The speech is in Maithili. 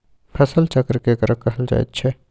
फसल चक्र केकरा कहल जायत छै?